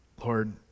Lord